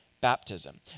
baptism